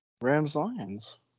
Rams-Lions